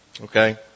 Okay